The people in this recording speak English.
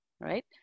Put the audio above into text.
right